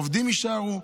עובדים יישארו,